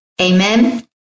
Amen